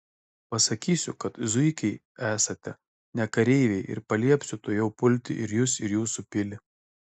pasakysiu kad zuikiai esate ne kareiviai ir paliepsiu tuojau pulti ir jus ir jūsų pilį